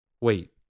Wait